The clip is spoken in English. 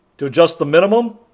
to adjust the minimum,